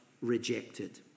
rejected